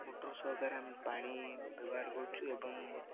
motor ସହକାରେ ଆମେ ପାଣି ବ୍ୟବହାର କରୁଛୁ ଏବଂ